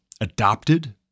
adopted